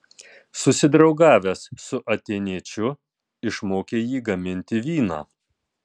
susidraugavęs su atėniečiu išmokė jį gaminti vyną